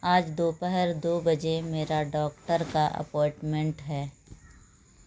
آج دوپہر دو بجے میرا ڈاکٹر کا اپوائٹمنٹ ہے